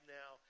now